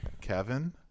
Kevin